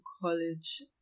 college